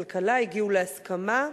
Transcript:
הכלכלה, הגיעו להסכמה.